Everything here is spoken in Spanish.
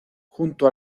junto